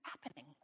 happening